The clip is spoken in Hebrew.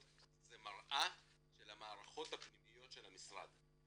זה מראה של המערכות הפנימיות של המשרד,